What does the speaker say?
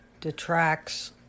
detracts